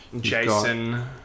Jason